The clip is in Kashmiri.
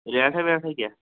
ریٹہ ویٹہ کیاہ